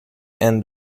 end